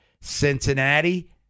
Cincinnati